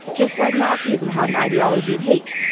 just like nazi-ism had an ideology of hate,